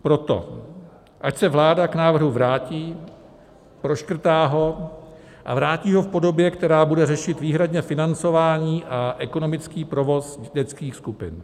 Proto ať se vláda k návrhu vrátí, proškrtá ho a vrátí ho v podobě, která bude řešit výhradně financování a ekonomický provoz dětských skupin.